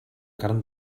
carn